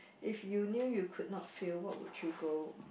if you knew you could not fail what would you go